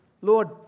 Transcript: Lord